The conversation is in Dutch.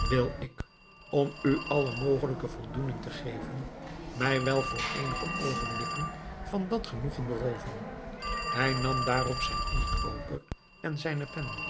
wil ik om u alle mogelijke voldoening te geven mij wel voor eenige oogenblikken van dat genoegen berooven hij nam daarop zijn inktkoker en zijne pen